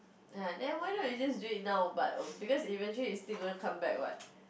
uh then why not you just do it now but because eventually it's still gonna come back what